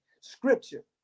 scripture